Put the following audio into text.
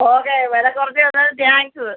okay വില കുറച്ച് തന്നതിന് താങ്ക്സ്